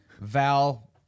Val